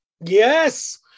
Yes